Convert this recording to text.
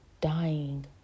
dying